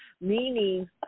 Meaning